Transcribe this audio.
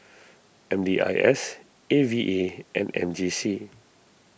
M D I S A V A and M J C